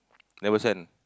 never send